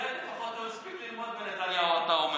את זה לפחות הוא הספיק ללמוד מנתניהו, אתה אומר.